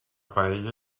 paella